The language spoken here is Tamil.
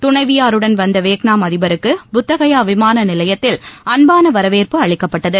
துணைவியாருடன் வந்த வியட்நாம் அதிபருக்கு புத்தத கயா விமானநிலையத்தில் அன்பான வரவேற்பு அளிக்கப்பட்டது